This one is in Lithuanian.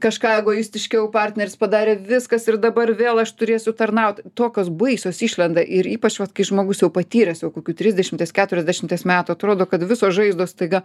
kažką egoistiškiau partneris padarė viskas ir dabar vėl aš turėsiu tarnaut tokios baisios išlenda ir ypač vat kai žmogus jau patyręs jau kokių trisdešimties keturiasdešimties metų atrodo kad visos žaizdos staiga